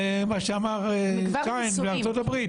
דומה הדבר למה שאמר שיין בארצות הברית.